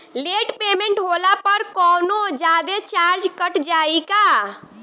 Late payment होला पर कौनोजादे चार्ज कट जायी का?